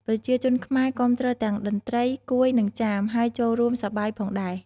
ប្រជាជនខ្មែរគាំទ្រទាំងតន្ត្រី កួយ និងចាម ហើយចូលរួមសប្បាយផងដែរ។